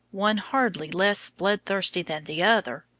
one hardly less blood-thirsty than the other,